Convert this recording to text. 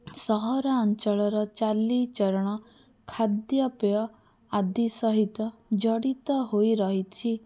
ସହରାଞ୍ଚଳର ଚାଲିଚଳନ ଖାଦ୍ୟପେୟ ଆଦି ସହିତ ଜଡ଼ିତ ହୋଇ ରହିଛି